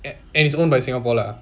and and it's owned by singapore lah